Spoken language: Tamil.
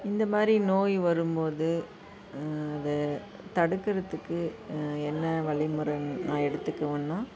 இந்த மாதிரி நோய் வரும் போது அது தடுக்கிறதுக்கு என்ன வழிமுறைனு நான் எடுத்துக்குவேன்னால்